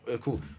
Cool